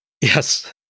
Yes